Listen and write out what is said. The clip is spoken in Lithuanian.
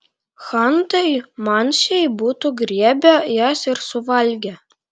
chantai mansiai būtų griebę jas ir suvalgę